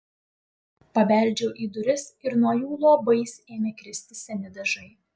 pabeldžiau į duris ir nuo jų luobais ėmė kristi seni dažai